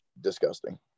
disgusting